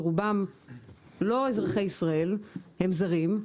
ברובם לא אזרחי ישראל אלא הם זרים,